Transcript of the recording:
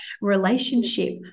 relationship